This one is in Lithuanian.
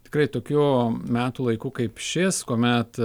tikrai tokiu metų laiku kaip šis kuomet